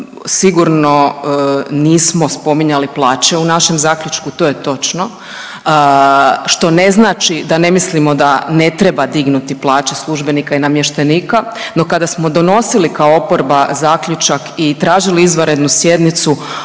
sigurno nismo spominjali plaće u našem zaključku to je točno, što ne znači da ne mislimo da ne treba dignuti plaće službenika i namještenika, no kada smo donosili kao oporba zaključak i tražili izvanrednu sjednicu